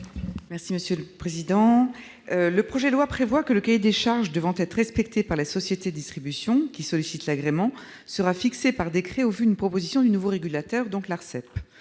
Darcos. Aux termes du projet de loi, le cahier des charges devant être respecté par la société de distribution qui sollicite l'agrément sera fixé par décret au vu d'une proposition du nouveau régulateur, c'est-à-dire